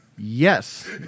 Yes